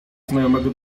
znajomego